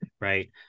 right